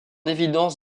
évidence